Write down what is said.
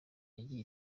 yagiye